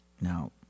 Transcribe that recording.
Now